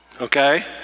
Okay